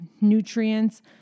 nutrients